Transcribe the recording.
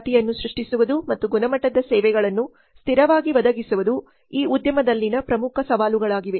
ಖ್ಯಾತಿಯನ್ನು ಸೃಷ್ಟಿಸುವುದು ಮತ್ತು ಗುಣಮಟ್ಟದ ಸೇವೆಗಳನ್ನು ಸ್ಥಿರವಾಗಿ ಒದಗಿಸುವುದು ಈ ಉದ್ಯಮದಲ್ಲಿನ ಪ್ರಮುಖ ಸವಾಲುಗಳಾಗಿವೆ